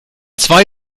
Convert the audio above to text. zwei